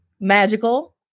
magical